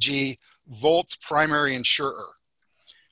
g volts primary insurer